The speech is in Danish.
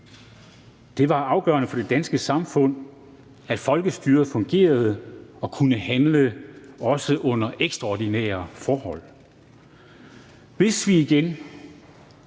Det var afgørende for det danske samfund, at folkestyret fungerede og kunne handle også under ekstraordinære forhold. Hvis det igen